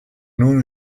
known